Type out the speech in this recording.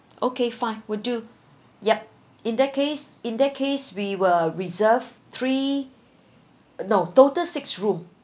okay fine would do yup in that case in that case we will reserve three no total six room